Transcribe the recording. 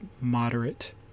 moderate